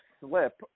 slip